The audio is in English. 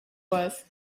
was